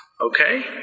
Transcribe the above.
Okay